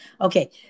Okay